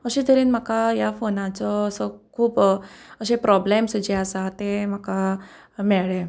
अशें तरेन म्हाका ह्या फोनाचो असो खूब अशें प्रोब्लेम्स जे आसा ते म्हाका मेळ्ळे